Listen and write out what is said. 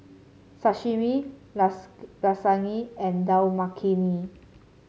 Sashimi Lasagne and Dal Makhani